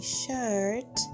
shirt